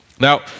Now